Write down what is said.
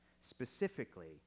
Specifically